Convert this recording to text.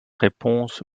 réponse